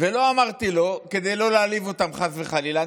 ולא אמרתי לו כדי לא להעליב אותם חס וחלילה.